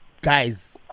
guys